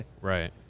right